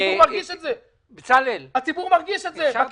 הציבור מרגיש את זה בכיס שלו,